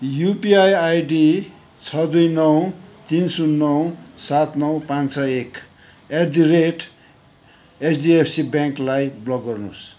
UPI ID छ दुई नौ तिन शून्य नौ सात नौ पाँच छ एक एट द रेट एचडिएफसी ब्याङ्कलाई ब्लक गर्नुहोस्